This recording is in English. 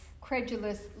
credulous